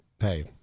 hey